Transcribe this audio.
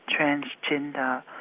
transgender